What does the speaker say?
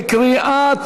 בקריאה טרומית.